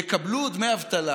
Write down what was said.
יקבלו דמי אבטלה